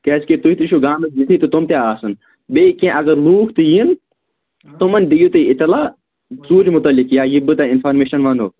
کیٛازِکہِ تُہۍ تہِ چھُو گامِکۍ زِٹھی تہٕ تِم تہِ آسان بیٚیہِ کیٚنٛہہ اگر لوٗکھ تہِ یِن تِمَن دِو تُہۍ اِطلاع ژوٗرِ متعلِق یا یہِ بہٕ تۄہہِ اِنفارمیشَن وَنہو